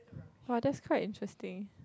!wah! that's quite interesting